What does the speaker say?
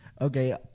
Okay